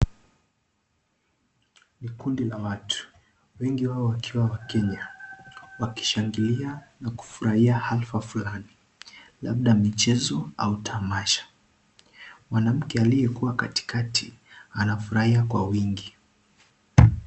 Ni kundi la watu wengi wao wakiwa wakenya wakishangilia na kufurahia hafla fulani labda michezo au tamasha mwanamke aliyekuwa katikati anafurahia kwa wingi.